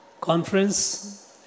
conference